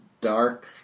dark